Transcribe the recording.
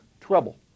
trouble